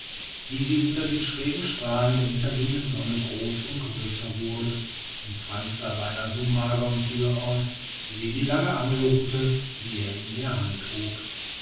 wie sie unter den schrägen strahlen der untergehenden sonne groß und größer wurde und frantz sah beinahe so mager und dünn aus wie die lange angelruthe die er in der hand trug